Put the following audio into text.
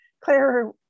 Claire